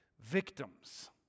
victims